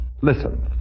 Listen